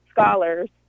scholars